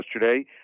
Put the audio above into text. yesterday